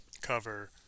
cover